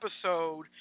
episode